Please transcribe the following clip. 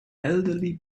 elderly